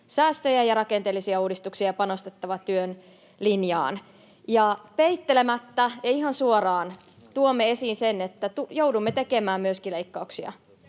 säästöjä ja rakenteellisia uudistuksia ja panostettava työn linjaan. Ja peittelemättä ja ihan suoraan tuomme esiin sen, että joudumme tekemään myöskin leikkauksia,